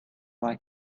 like